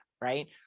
Right